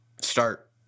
start